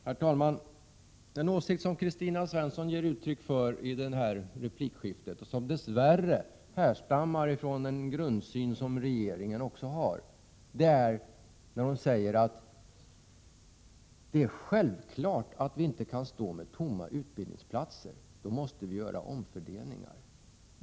Herr talman! Den åsikt som Kristina Svensson givit uttryck för i det här replikskiftet härstammar dess värre från en grundsyn som regeringen också har. Kristina Svensson säger att det är självklart att vi inte kan stå med tomma utbildningsplatser — vi måste göra omfördelningar.